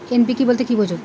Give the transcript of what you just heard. NPK বলতে কী বোঝায়?